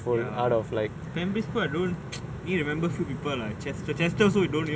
ya primary school like I don't didn't remember few people lah chester also we don't even